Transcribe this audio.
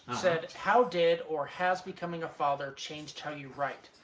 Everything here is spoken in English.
said, how did or has becoming a father changed how you write?